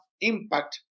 impact